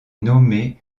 nommé